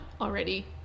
already